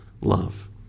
love